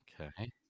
Okay